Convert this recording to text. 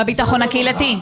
בביטחון הקהילתי.